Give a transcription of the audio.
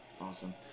Awesome